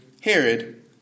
Herod